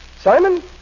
Simon